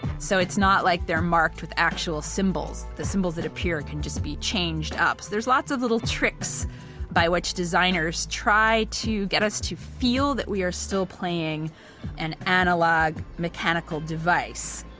so, it's not like them marked with actual symbols. the symbols that appear can just be changed up. there are lots of little tricks by which designers try to get us to feel that we are still playing an analog mechanical device.